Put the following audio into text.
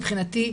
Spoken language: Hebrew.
מבחינתי,